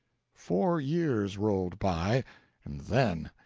four years rolled by and then!